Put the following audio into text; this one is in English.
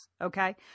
okay